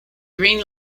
green